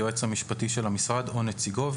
היועץ המשפטי של המשרד או נציגו,